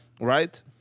right